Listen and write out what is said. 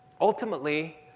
Ultimately